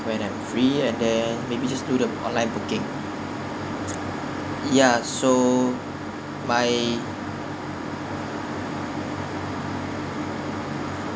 when I'm free and then maybe just do the online booking ya so my